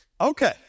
Okay